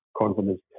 confidence